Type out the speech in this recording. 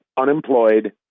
unemployed